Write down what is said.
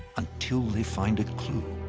until they find a clue.